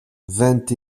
vingt